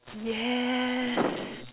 yes